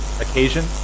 occasion